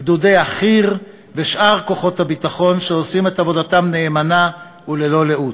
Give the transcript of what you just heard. גדודי החי"ר ושאר כוחות הביטחון שעושים את עבודתם נאמנה וללא לאות.